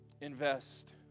invest